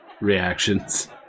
reactions